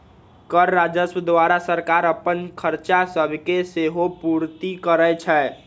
कर राजस्व द्वारा सरकार अप्पन खरचा सभके सेहो पूरति करै छै